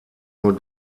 nur